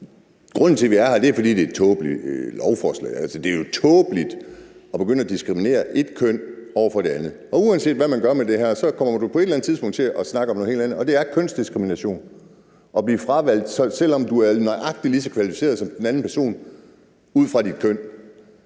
Grunden til, at vi er her, er, at det er et tåbeligt lovforslag. Det er jo tåbeligt at begynde at diskriminere et køn over for det andet, og uanset hvad man gør med det her, kommer du på et eller andet tidspunkt til at snakke om noget helt andet, og det er kønsdiskrimination at blive fravalgt, når du er nøjagtig lige så kvalificeret som den anden person. Det er